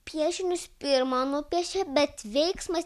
piešinius pirma nupiešė bet veiksmas